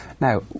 Now